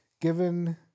given